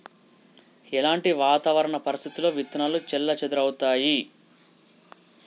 ఎలాంటి వాతావరణ పరిస్థితుల్లో విత్తనాలు చెల్లాచెదరవుతయీ?